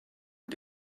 gli